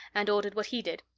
and ordered what he did.